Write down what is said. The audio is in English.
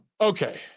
Okay